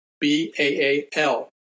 B-A-A-L